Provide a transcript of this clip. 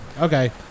Okay